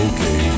Okay